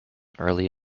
early